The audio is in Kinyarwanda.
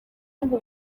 ngo